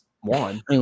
one